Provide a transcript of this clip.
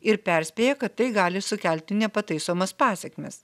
ir perspėja kad tai gali sukelti nepataisomas pasekmes